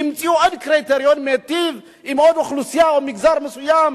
המציאו עוד קריטריון מיטיב עם עוד אוכלוסייה או מגזר מסוים,